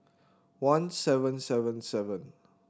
one seven seven seven